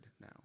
now